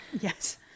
Yes